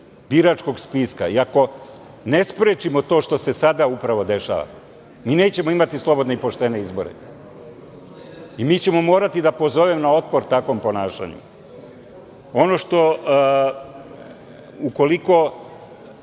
biračkog spiska i ako ne sprečimo to što se sada upravo dešava, mi nećemo imati slobodne i poštene izbore i mi ćemo morati da pozovemo na otpor takvom ponašanju. Ukoliko